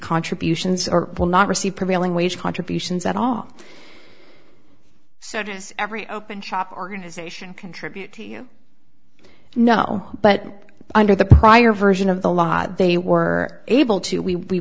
contributions or will not receive prevailing wage contributions at all so does every open shop organization contribute to you know but under the prior version of the law they were able to we